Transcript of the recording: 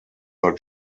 not